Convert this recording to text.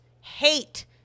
hate